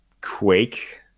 Quake